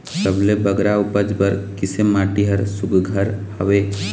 सबले बगरा उपज बर किसे माटी हर सुघ्घर हवे?